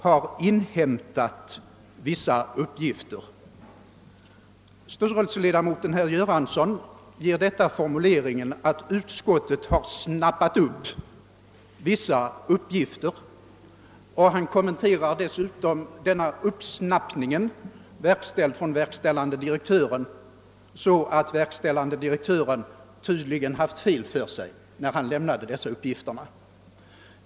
Styrelseledamoten i Investeringsbanken, herr Göransson, formulerar det så, att utskottet har »snappat upp» vissa uppgifter och kommenterar dessutom detta »uppsnappande» från verkställande direktören sålunda, att verkställande direktören haft fel när han lämnat dessa uppgifter.